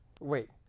wait